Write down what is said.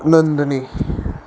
Nandini